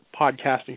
podcasting